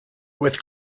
with